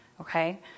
Okay